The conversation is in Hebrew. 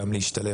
כדי לעזור